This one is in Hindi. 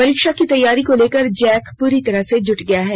परीक्षा की तैयारी को लेकर जैक पूरी तरफ से जुट गया है